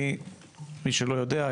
למי שלא יודע,